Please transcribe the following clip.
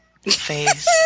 face